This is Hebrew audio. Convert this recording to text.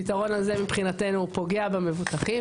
הפתרון הזה מבחינתנו הוא פוגע במבוטחים.